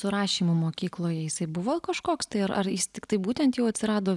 su rašymu mokykloje jisai buvo kažkoks tai ar ar jis tiktai būtent jau atsirado